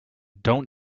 don’t